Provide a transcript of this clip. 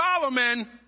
Solomon